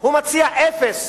הוא מציע אפס,